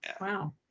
Wow